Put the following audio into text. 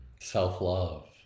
Self-love